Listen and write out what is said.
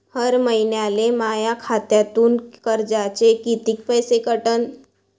हर महिन्याले माह्या खात्यातून कर्जाचे कितीक पैसे कटन?